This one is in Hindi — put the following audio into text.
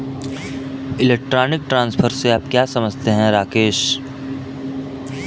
इलेक्ट्रॉनिक ट्रांसफर से आप क्या समझते हैं, राकेश?